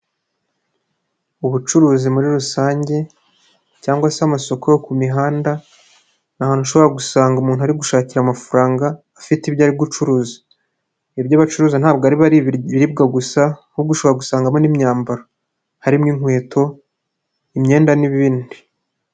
Ubucuruzi muri rusange cyangwa se amasoko yo ku mihanda ni ahantu ushobora gusanga umuntu ari gushakira amafaranga afite ibyo ari gucuruza, ibyo bacuruzi ntabwo aba ari ibiribwa gusa ahubwo ushobora gusangamo n'imyambaro, harimo inkweto, imyenda n'ibindi.